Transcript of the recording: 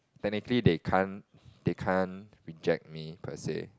technically they can't they can't reject me per se